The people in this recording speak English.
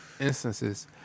instances